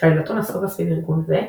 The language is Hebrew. שעלילתו נסובה סביב ארגון זה,